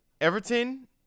Everton